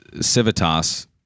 Civitas